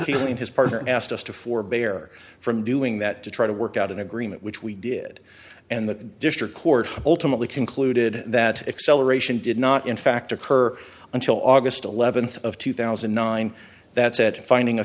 clean his partner asked us to forbear from doing that to try to work out an agreement which we did and the district court ultimately concluded that acceleration did not in fact occur until august eleventh of two thousand and nine that set a finding